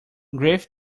grief